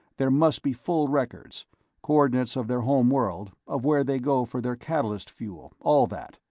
there must be full records coordinates of their home world, of where they go for their catalyst fuel all that.